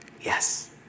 Yes